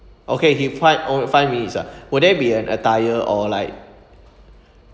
okay give five oh five minutes ah will there be an attire or like